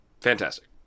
Fantastic